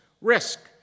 risk